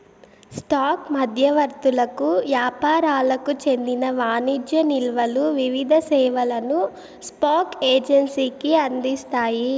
stock మధ్యవర్తులకు యాపారులకు చెందిన వాణిజ్య నిల్వలు వివిధ సేవలను స్పాక్ ఎక్సేంజికి అందిస్తాయి